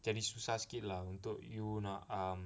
jadi susah sikit lah untuk you nak um